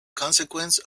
consequence